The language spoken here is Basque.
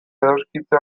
edoskitze